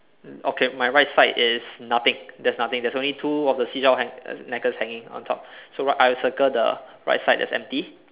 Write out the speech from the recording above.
okay my right side is nothing there's nothing there's only two of the seashell necklace hanging on top so I circle the right side that is empty